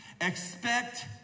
Expect